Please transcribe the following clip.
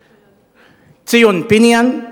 נכנס ויצא, ציון פיניאן,